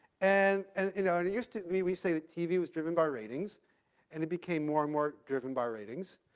and and it you know used to be we say that tv was driven by ratings and it became more and more driven by ratings.